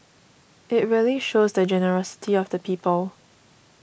it really shows the generosity of the people